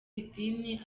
idini